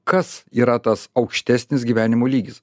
kas yra tas aukštesnis gyvenimo lygis